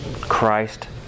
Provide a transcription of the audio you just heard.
Christ